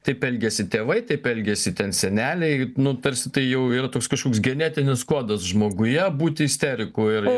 taip elgėsi tėvai taip elgėsi ten seneliai nu tarsi tai jau yra toks kažkoks genetinis kodas žmoguje būt isteriku ir